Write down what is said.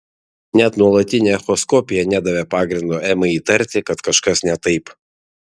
net nuolatinė echoskopija nedavė pagrindo emai įtarti kad kažkas ne taip